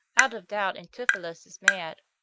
out of doubt, antipholus is mad,